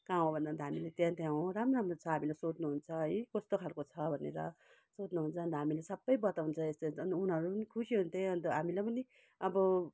कहाँ हो भनेर अन्त हामीले त्यहाँ त्यहाँ हो राम्रो राम्रो छ हामीलाई सोध्नु हुन्छ है कस्तो खाले छ भनेर सोध्नु हुन्छ अन्त हामीले सबै बताउँछ यस्तो यस्तो अनि उनीहरू पनि खुसी हुन्थे अनि हामीलाई पनि अब